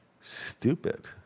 stupid